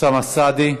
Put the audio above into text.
אוסאמה סעדי,